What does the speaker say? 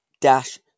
dash